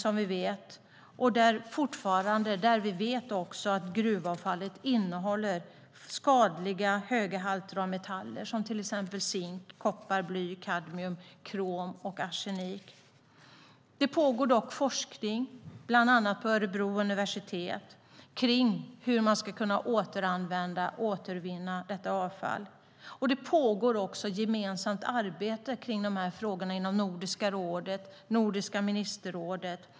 Som vi också vet innehåller gruvavfallet fortfarande skadligt höga halter av metaller, till exempel zink, koppar, bly, kadmium, krom och arsenik. Det pågår dock forskning, bland annat vid Örebro universitet, om hur man ska kunna återanvända och återvinna detta avfall. Det pågår också ett gemensamt arbete om dessa frågor inom Nordiska rådet och Nordiska ministerrådet.